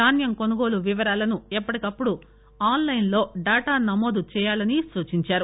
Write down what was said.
ధాన్యం కొనుగోలు వివరాలను ఎప్పటికప్పుడు ఆస్ లైస్ లో డాటా నమోదు చేయాలని సూచించారు